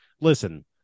listen